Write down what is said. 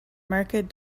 market